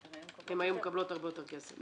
הן היו מקבלות הרבה יותר כסף.